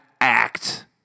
act